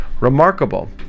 remarkable